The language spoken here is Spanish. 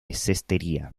cestería